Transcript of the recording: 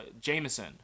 Jameson